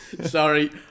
sorry